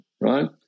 right